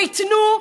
וייתנו,